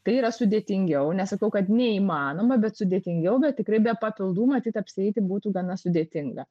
tai yra sudėtingiau nesakau kad neįmanoma bet sudėtingiau bet tikrai be papildų matyt apsieiti būtų gana sudėtinga